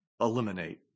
eliminate